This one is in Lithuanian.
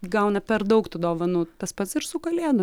gauna per daug tų dovanų tas pats ir su kalėdom